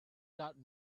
got